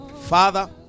father